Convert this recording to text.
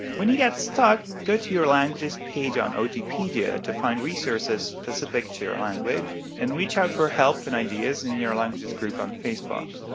when you get stuck, go to your language's page on otpedia to find resources specific to your language, and reach out for help and ideas in your language's group on facebook.